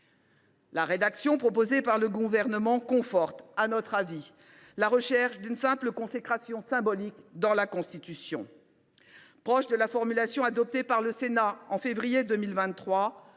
La rédaction proposée par le Gouvernement conforte, à notre avis, la recherche d’une simple consécration symbolique dans la Constitution. Proche de la formulation adoptée par le Sénat en février 2023,